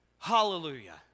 hallelujah